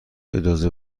اجازه